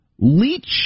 Leech